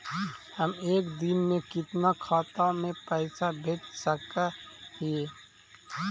हम एक दिन में कितना खाता में पैसा भेज सक हिय?